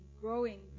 growing